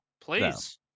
please